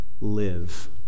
live